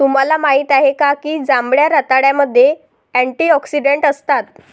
तुम्हाला माहित आहे का की जांभळ्या रताळ्यामध्ये अँटिऑक्सिडेंट असतात?